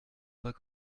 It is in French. pas